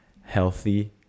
healthy